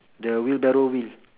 the wheelbarrow wheel